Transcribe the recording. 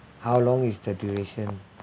how long is the duration